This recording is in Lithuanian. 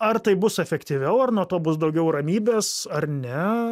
ar tai bus efektyviau ar nuo to bus daugiau ramybės ar ne